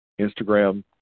Instagram